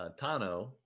Tano